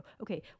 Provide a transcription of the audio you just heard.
Okay